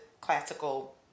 classical